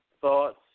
thoughts